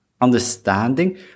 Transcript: understanding